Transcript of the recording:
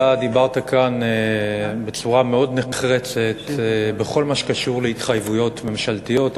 אתה דיברת כאן בצורה מאוד נחרצת בכל מה שקשור להתחייבויות ממשלתיות.